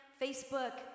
Facebook